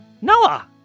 Noah